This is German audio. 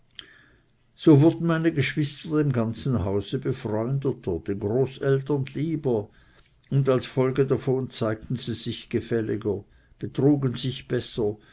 so wurden meine geschwister dem ganzen hause befreundeter den großeltern lieber und als folge davon zeigten sie sich gefälliger betrugen sich besser